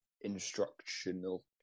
instructional